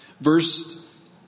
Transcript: verse